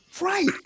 Right